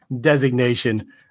designation